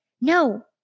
no